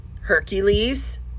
hercules